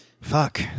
Fuck